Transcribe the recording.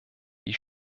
wie